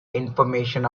information